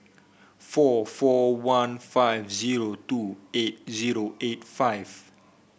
four four one five zero two eight zero eight five